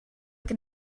can